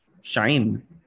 shine